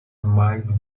might